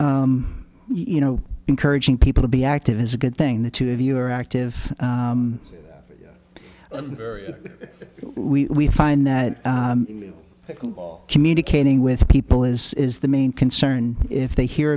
well you know encouraging people to be active is a good thing the two of you are active that we find that communicating with people is is the main concern if they hear